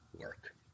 work